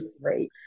right